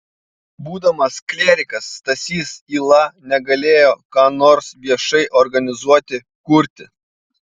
būdamas klierikas stasys yla negalėjo ką nors viešai organizuoti kurti